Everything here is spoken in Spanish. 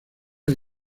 hay